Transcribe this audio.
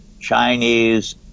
Chinese